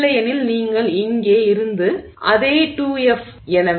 இல்லையெனில் நீங்கள் இங்கே இருந்தது அதே 2F